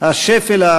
הכנסת (תיקון,